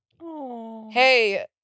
Hey